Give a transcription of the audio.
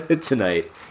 Tonight